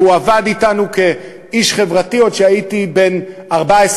והוא עבד אתנו כאיש חברתי עוד כשהייתי בן 14,